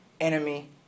enemy